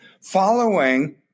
Following